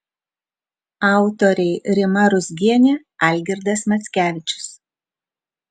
autoriai rima ruzgienė algirdas mackevičius